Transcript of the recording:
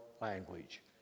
language